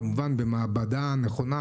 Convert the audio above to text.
כמובן במעבדה נכונה,